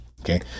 Okay